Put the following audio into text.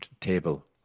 table